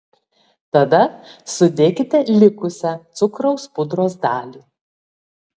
tada sudėkite likusią cukraus pudros dalį